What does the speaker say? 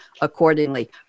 accordingly